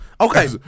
Okay